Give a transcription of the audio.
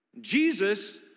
Jesus